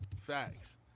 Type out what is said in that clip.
Facts